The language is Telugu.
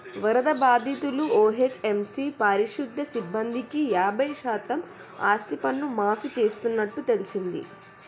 వరద బాధితులను ఓ.హెచ్.ఎం.సి పారిశుద్య సిబ్బందికి యాబై శాతం ఆస్తిపన్ను మాఫీ చేస్తున్నట్టు తెల్సింది